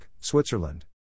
Switzerland